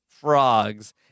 frogs